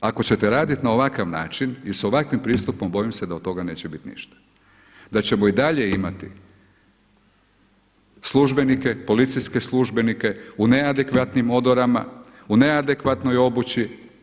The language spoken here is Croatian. Ako ćete raditi na ovakav način i sa ovakvim pristupom bojim se da od toga neće biti ništa, da ćemo i dalje imati službenike, policijske službenike u neadekvatnim odorama, u neadekvatnoj obući.